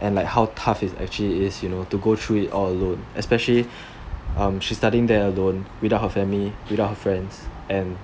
and like how tough it actually is you know to go through it all alone especially um she's studying there alone without her family without her friends and